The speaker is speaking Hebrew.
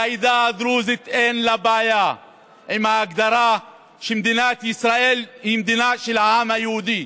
לעדה הדרוזית אין בעיה עם ההגדרה שמדינת ישראל היא מדינה של העם היהודי.